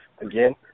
again